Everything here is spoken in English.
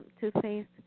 Toothpaste